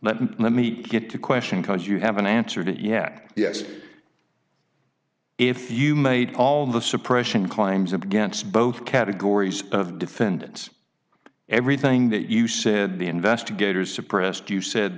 me let me get to question because you haven't answered it yet yes if you made all the suppression climbs up against both categories of defendants everything that you said the investigators suppressed you said